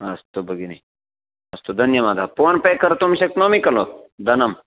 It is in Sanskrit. अस्तु भगिनी अस्तु धन्यवादः फ़ोन् पे कर्तुं शक्नोमि खलु धनं